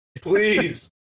Please